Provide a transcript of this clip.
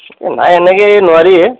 নাই এনেকৈ নোৱাৰি হে